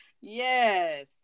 Yes